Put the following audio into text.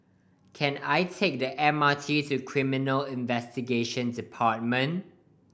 can I take the M R T to Criminal Investigation Department